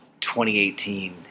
2018